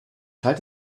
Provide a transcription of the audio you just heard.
halte